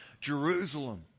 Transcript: Jerusalem